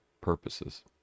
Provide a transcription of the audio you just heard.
purposes